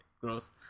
Gross